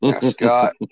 Scott